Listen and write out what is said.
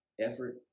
effort